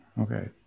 Okay